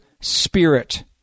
spirit